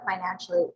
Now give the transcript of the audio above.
financially